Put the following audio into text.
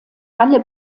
halle